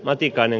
matikainen